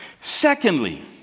Secondly